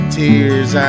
tears